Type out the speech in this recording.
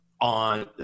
on